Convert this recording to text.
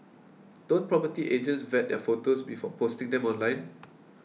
don't property agents vet their photos before posting them online